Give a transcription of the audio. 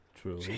True